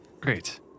Great